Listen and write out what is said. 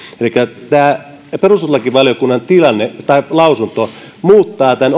elikkä perustuslakivaliokunnan lausunto muuttaa oleellisesti tämän